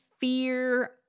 fear